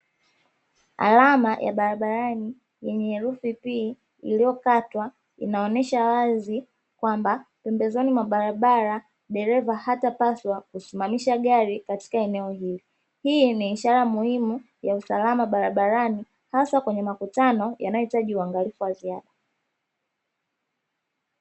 Alama ya barabarani yenye herufi pi iliyokatwa, inaonyesha wazi kwamba pembezoni mwa barabara dereva hatopaswa kusimamisha gari katika eneo hili, hii ni ishara muhimu ya usalama barabarani hasa kwenye makutano yanayohitaji usalama wa ziada.